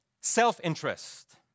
self-interest